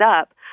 up